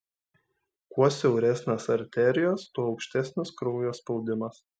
kuo siauresnės arterijos tuo aukštesnis kraujo spaudimas